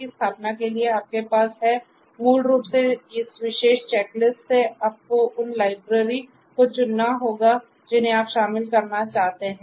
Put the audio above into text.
को चुनना होगा जिन्हें आप शामिल करना चाहते हैं